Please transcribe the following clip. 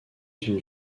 une